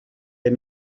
les